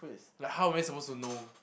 like how am I supposed to know